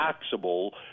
taxable